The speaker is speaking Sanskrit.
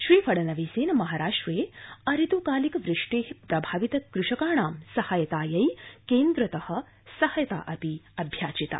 श्री फडणवीसेन महाराष्ट्रे अऋत्कालिक वृष्टे प्रभावित कृषकाणां सहायतायै केन्द्रत सहायता अभ्याचिता